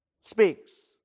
speaks